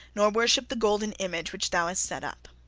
nor worship the golden image which thou hast set up.